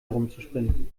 herumzuspringen